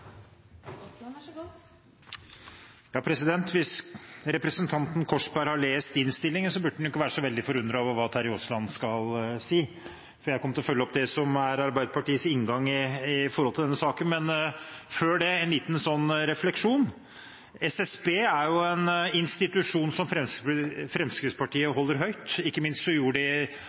skal si, for jeg kommer til å følge opp det som er Arbeiderpartiets inngang til denne saken. Men før det en liten refleksjon: Statistisk sentralbyrå er jo en institusjon som Fremskrittspartiet holder høyt. Ikke minst gjorde de